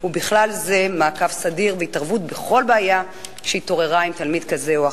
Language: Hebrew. ובכלל זה מעקב סדיר והתערבות בכל בעיה שהתעוררה עם תלמיד כלשהו.